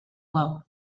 low